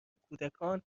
کودکان